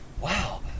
wow